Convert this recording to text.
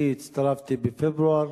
בסופה, אני הצטרפתי בפברואר,